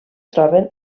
troben